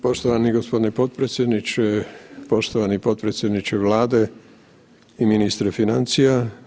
Poštovani g. potpredsjedniče, poštovani potpredsjedniče Vlade i ministre financija.